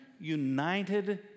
united